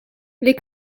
les